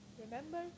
Remember